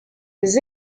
des